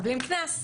מקבלים קנס.